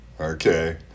Okay